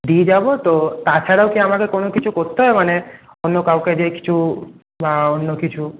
দিয়ে যাবো তো তাছাড়াও কি আমাকে কিছু করতে হবে মানে অন্য কাউকে দিয়ে কিছু বা অন্য কিছু